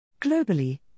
Globally